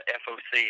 foc